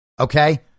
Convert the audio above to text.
okay